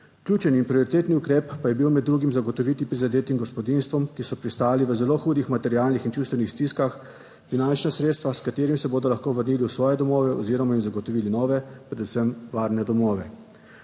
Ključen in prioritetni ukrep pa je bil med drugim zagotoviti prizadetim gospodinjstvom, ki so pristali v zelo hudih materialnih in čustvenih stiskah, finančna sredstva, s katerimi se bodo lahko vrnili v svoje domove oziroma jim zagotovili nove, predvsem varne domove.